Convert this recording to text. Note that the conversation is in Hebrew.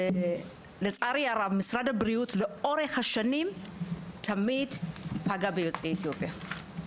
לצערי הרבה משרד הבריאות לאורך השנים תמיד פגע ביוצאי אתיופיה.